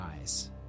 eyes